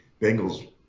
Bengals